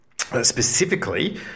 specifically